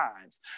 times